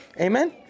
Amen